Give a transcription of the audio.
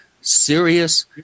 serious